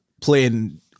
playing